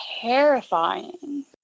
terrifying